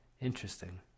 interesting